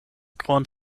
grand